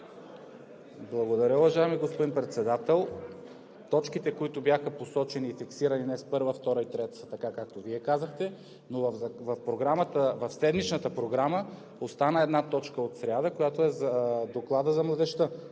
Благодаря, уважаеми господин Председател. Точките, които бяха посочени и фиксирани днес – 1, 2 и 3, са така, както Вие казахте, но в седмичната Програма остана една точка от сряда, която е Докладът за младежта.